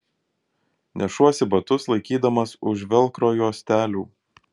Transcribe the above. nešuosi batus laikydamas už velkro juostelių